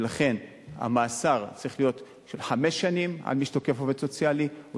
ולכן המאסר על מי שתוקף עובד סוציאלי צריך להיות של חמש שנים.